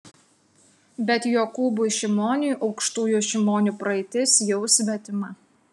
bet jokūbui šimoniui aukštųjų šimonių praeitis jau svetima